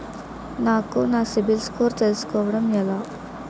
నాకు నా సిబిల్ స్కోర్ తెలుసుకోవడం ఎలా?